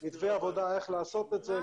מתווה עבודה איך לעשות את זה,